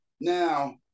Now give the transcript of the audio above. now